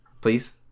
Please